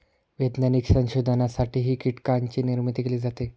वैज्ञानिक संशोधनासाठीही कीटकांची निर्मिती केली जाते